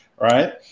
Right